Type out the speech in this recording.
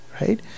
right